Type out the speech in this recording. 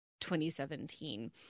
2017